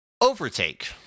Overtake